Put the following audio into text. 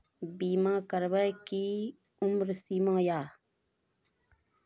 बीमा करबे के कि उम्र सीमा या?